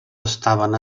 estaven